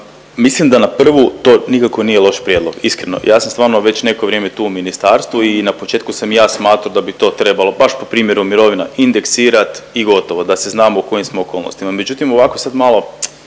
Mislim da na prvu to nikako nije loš prijedlog, iskreno. Ja sam stvarno već neko vrijeme tu u ministarstvu i na početku sam i ja smatrao da bi to trebalo baš po primjeru mirovina indeksirat i gotovo da se znamo u kojim smo okolnostima.